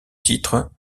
titre